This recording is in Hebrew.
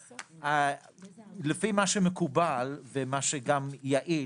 לפי מה שמקובל וגם מה שיעיל,